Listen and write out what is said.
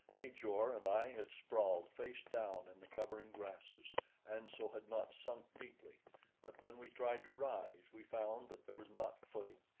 ajor and i had sprawled face down in the covering grasses and so had not sunk deeply but when we tried to rise, we found that there was not footing,